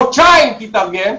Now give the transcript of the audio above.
חודשיים תתארגן,